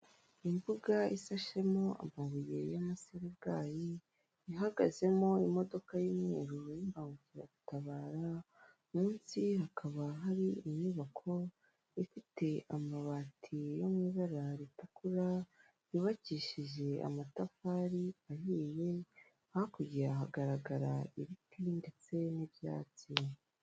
Umuhanda wa kaburimbo urimo umurongo urombereje harimo umugabo ugiye kwambuka n'umumotari uparitse umeze nkaho akuyeho umugenzi n'abamama benshi bahagaze imbere ya kandagira ukarabe, ku nyubako ikikijwe n'igipangu cy'ibyuma iyo nzu yubakishijwe amatafari ahiye n'amategura n'amabati y'ubururu, hafi yayo hari ikigega cyubakishije ibyuma gisa umukara hari n'ibiti birebire.